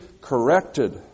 corrected